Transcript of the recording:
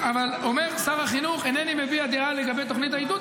--- אומר שר החינוך: אינני מביע דעה לגבי תוכנית העידוד,